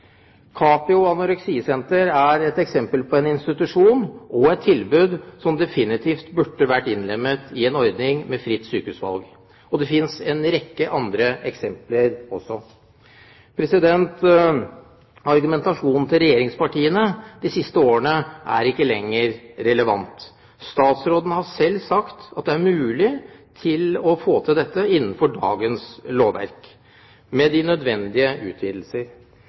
Anoreksi Senter er et eksempel på en institusjon og et tilbud som definitivt burde vært innlemmet i en ordning med fritt sykehusvalg. Det finnes en rekke andre eksempler også. Argumentasjonen til regjeringspartiene de siste årene er ikke lenger relevant. Statsråden har selv sagt at det er mulig å få til dette innenfor dagens lovverk med de nødvendige utvidelser.